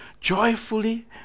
joyfully